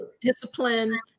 discipline